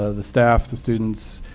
ah the staff, the students,